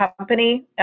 company